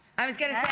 i was going to